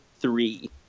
three